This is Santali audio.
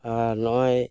ᱟᱨ ᱱᱚᱜ ᱚᱭ